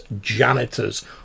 janitors